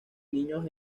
niños